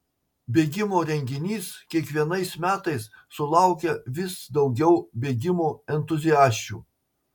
bėgimo renginys kiekvienais metais sulaukia vis daugiau bėgimo entuziasčių